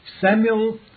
Samuel